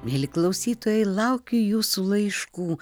mieli klausytojai laukiu jūsų laiškų